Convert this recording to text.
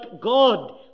God